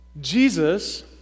Jesus